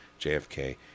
JFK